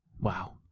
Wow